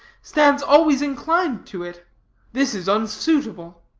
stands always inclined to it this is unsuitable.